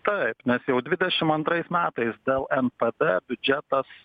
taip nes jau dvidešimt antrais metais dėl npd biudžetas